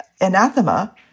anathema